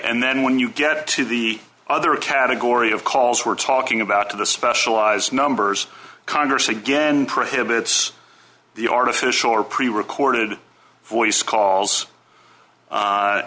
and then when you get to the other category of calls we're talking about to the specialized numbers congress again prohibits the artificial or prerecorded voice calls